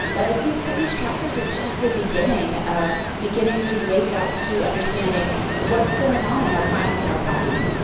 but i think fitness trackers are just the beginning of beginning to wake up to understanding what's going on in our minds and our bodies.